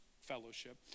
fellowship